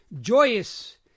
Joyous